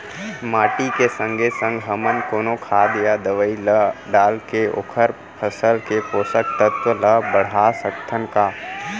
माटी के संगे संग हमन कोनो खाद या दवई ल डालके ओखर फसल के पोषकतत्त्व ल बढ़ा सकथन का?